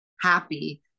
happy